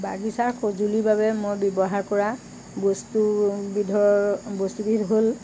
বাগিচাৰ সঁজুলিৰ বাবে মই ব্যৱহাৰ কৰা বস্তুবিধৰ বস্তুবিধ হ'ল